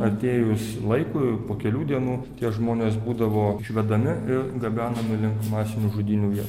atėjus laikui po kelių dienų tie žmonės būdavo išvedami ir gabenami link masinių žudynių vietų